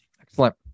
Excellent